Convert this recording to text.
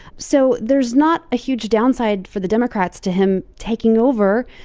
so there's not a huge downside for the democrats to him taking over.